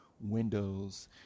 windows